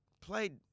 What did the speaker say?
played